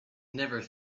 never